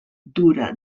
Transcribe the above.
dura